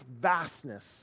vastness